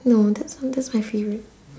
no that's not that's my favourite